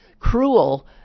cruel